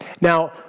Now